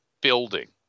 building